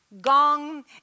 Gong